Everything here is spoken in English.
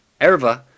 erva